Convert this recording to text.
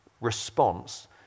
response